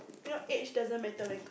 you know age doesn't matter when